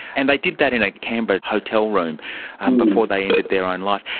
and they did that in ah canberra hotel room um before they ended their own life.